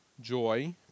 joy